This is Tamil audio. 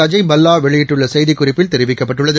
அஜய் பல்லா வெளியிட்டுள்ள செய்திக் குறிப்பில் தெரிவிக்கப்பட்டுள்ளது